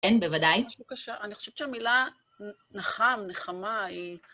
אין, בוודאי. אני חושבת שהמילה נחם, נחמה, היא...